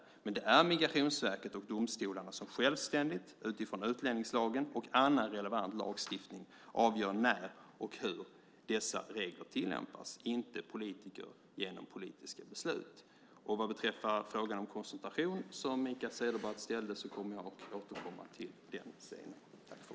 Det är dock Migrationsverket och domstolarna som självständigt, utifrån utlänningslagen och annan relevant lagstiftning, avgör när och hur dessa regler tillämpas, inte politiker genom politiska beslut. Vad beträffar frågan om koncentration som Mikael Cederbratt ställde återkommer jag till den senare.